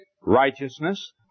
righteousness